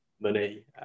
money